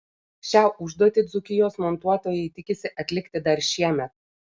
šią užduotį dzūkijos montuotojai tikisi atlikti dar šiemet